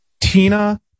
Tina